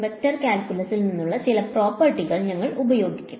vector കാൽക്കുലസിൽ നിന്നുള്ള ചില പ്രോപ്പർട്ടികൾ ഞങ്ങൾ ഉപയോഗിക്കും